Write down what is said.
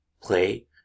play